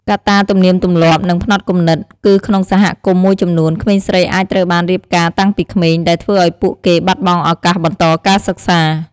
កត្តាទំនៀមទម្លាប់ និងផ្នត់គំនិត គឺក្នុងសហគមន៍មួយចំនួន ក្មេងស្រីអាចត្រូវបានរៀបការតាំងពីក្មេង ដែលធ្វើឲ្យពួកគេបាត់បង់ឱកាសបន្តការសិក្សា។